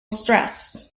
stress